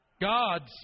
Gods